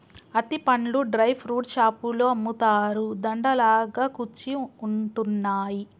అత్తి పండ్లు dry fruits షాపులో అమ్ముతారు, దండ లాగా కుచ్చి ఉంటున్నాయి